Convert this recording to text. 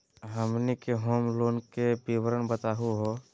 हमनी के home loan के विवरण बताही हो?